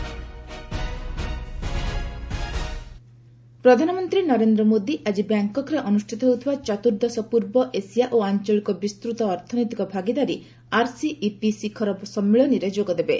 ପିଏ ASEAN ପ୍ରଧାନମନ୍ତ୍ରୀ ନରେନ୍ଦ୍ର ମୋଦି ଆଜି ବ୍ୟାଙ୍କକ୍ରେ ଅନୁଷ୍ଠିତ ହେଉଥିବା ଚତୁର୍ଦ୍ଦଶ ପୂର୍ବ ଏସିଆ ଓ ଆଞ୍ଚଳିକ ବିସ୍ତୂତ ଅର୍ଥନୈତିକ ଭାଗିଦାରୀ ଆର୍ସିଇପି ଶିଖର ସମ୍ମିଳନୀରେ ଯୋଗଦେବେ